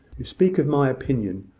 you speak of my opinion.